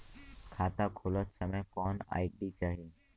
खाता खोलत समय कौन आई.डी चाही?